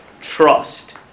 trust